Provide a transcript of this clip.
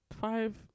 five